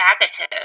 negative